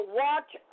watch